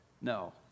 No